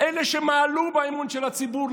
אלה שמעלו באמון של הציבור,